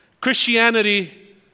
Christianity